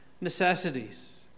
necessities